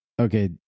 okay